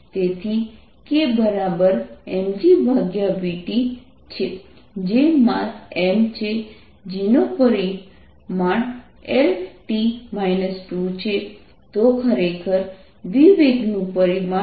તેથી kmgVT છે જે માસ M છે g નો પરિમાણ LT 2છે તો ખરેખર V વેગનું પરિમાણ LT 1 છે